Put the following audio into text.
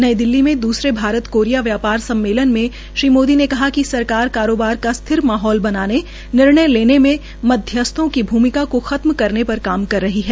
नई दिल्ली में द्सरे भारत कोरिया व्यापार समुमेलन में श्री मोदी ने कहा कि सरकार कारोबार का स्थिर माहौल बनाने निर्णय लेने में मध्यस्थों की भूमिका को खत्म करने पर काम कर रही है